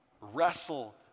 Wrestle